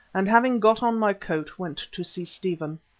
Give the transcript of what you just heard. and having got on my coat, went to see stephen.